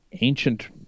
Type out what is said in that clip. ancient